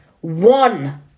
One